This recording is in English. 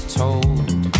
told